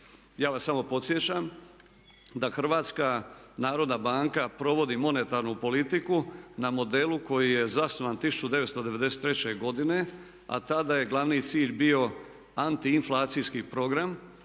Ja vas samo podsjećam da HNB provodi monetarnu politiku na modelu koji je zasnovan 1993. godine a tada je glavni cilj bio antiinflacijski program